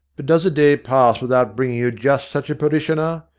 but does a day pass without bringing you just such a parishioner?